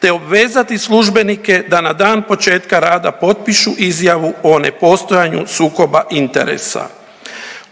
te obvezati službenike da na dan početka rada potpišu izjavu o nepostojanju sukoba interesa.